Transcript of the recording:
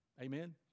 Amen